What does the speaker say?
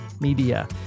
media